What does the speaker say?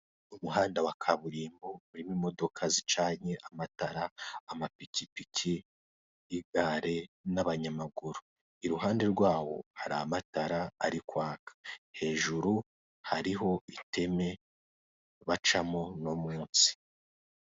Umuhanda wa kaburimbo urimo imodoka zicanye amatara, amapikipiki, igare n'abanyamaguru. Iruhande rwabo hari amatara ari kwaka, hejuru harimo iteme bacamo n'umwotsi.